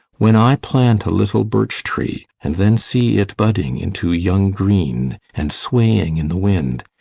when i plant a little birch tree and then see it budding into young green and swaying in the wind,